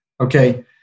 Okay